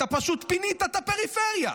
אתה פשוט פינית את הפריפריה,